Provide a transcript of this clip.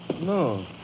No